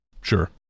Sure